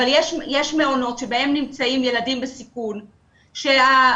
אבל יש מעונות שבהם נמצאים ילדים בסיכון שהיה